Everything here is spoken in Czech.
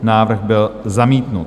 Návrh byl zamítnut.